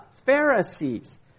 pharisees